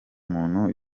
muntu